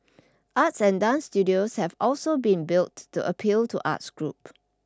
arts and dance studios have also been built to appeal to arts groups